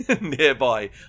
nearby